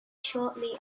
shortly